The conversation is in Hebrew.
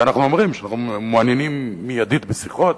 ואנחנו אומרים שאנחנו מעוניינים מיידית בשיחות,